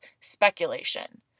speculation